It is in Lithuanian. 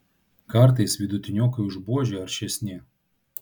kartais vidutiniokai už buožę aršesni